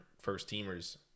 first-teamers